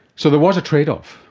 so there was a trade-off.